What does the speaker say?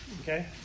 Okay